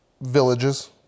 villages